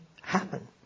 happen